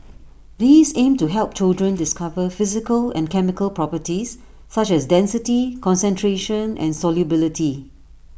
these aim to help children discover physical and chemical properties such as density concentration and solubility